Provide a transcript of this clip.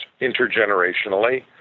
intergenerationally